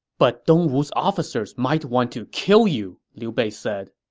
but dongwu's officers might want to kill you, liu bei said,